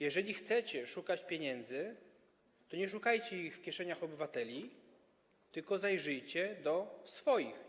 Jeżeli chcecie szukać pieniędzy, to nie szukajcie ich w kieszeniach obywateli, tylko zajrzyjcie do swoich.